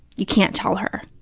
you can't tell her,